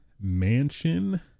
mansion